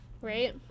right